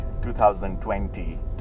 2020